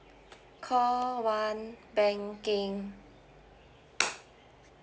call one banking